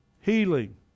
Healing